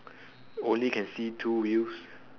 only can see two wheels